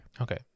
Okay